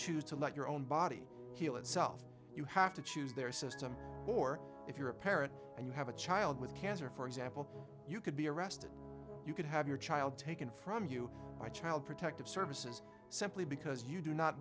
choose to let your own body heal itself you have to choose their system or if you're a parent and you have a child with cancer for example you could be arrested you could have your child taken from you by child protective services simply because you do not